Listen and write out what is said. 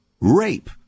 rape